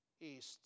east